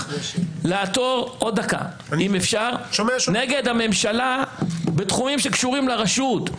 לעתור נגד הממשלה בתחומים שקשורים לרשות.